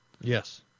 Yes